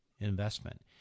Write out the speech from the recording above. investment